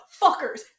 fuckers